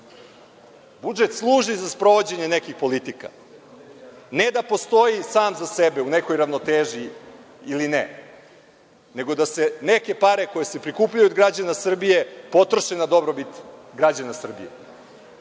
Budžet služi za sprovođenje nekih politika, ne da postoji sam za sebe, u nekoj ravnoteži, ili ne, nego da se neke pare koje se prikupljaju od građana Srbije potroše na dobrobit građana Srbije,